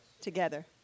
together